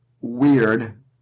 weird